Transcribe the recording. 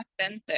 authentic